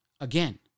again